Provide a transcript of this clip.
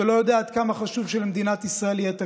שלא יודע עד כמה חשוב שלמדינת ישראל יהיה תקציב.